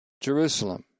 Jerusalem